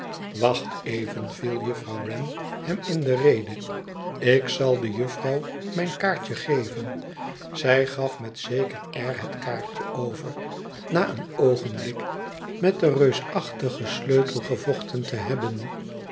wacht even viel juffrouw wren hem in de rede ilk zal de juffrouw mijn kaartje geven zij gaf roet zeker air het kaartje over na een oogenblik met den reusachtigen sleutel gevochten te hebben